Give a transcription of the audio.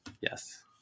Yes